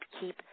keep